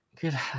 Good